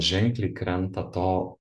ženkliai krenta to